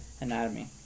anatomy